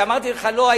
כשאמרתי לך לא,